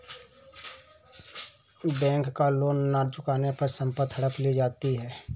bank का loan न चुकाने पर संपत्ति हड़प ली जाती है